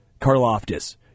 Karloftis